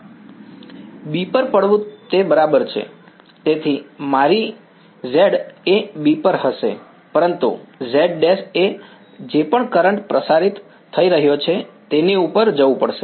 B પર પડવું તે બરાબર છે તેથી મારી z એ B પર હશે પરંતુ z′ એ જે પણ કરંટ પ્રસારિત થઈ રહ્યો છે તેની ઉપર જવું પડશે